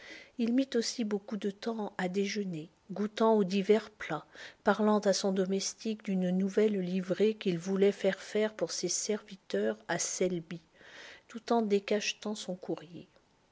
il mit aussi beaucoup de temps à déjeuner goûtant aux divers plats parlant à son domestique d'une nouvelle livrée qu'il voulait faire faire pour ses serviteurs à selby tout en décachetant son courrier